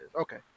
Okay